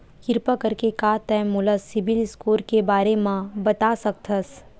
किरपा करके का तै मोला सीबिल स्कोर के बारे माँ बता सकथस?